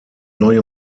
neue